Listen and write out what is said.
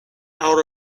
out